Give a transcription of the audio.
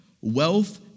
wealth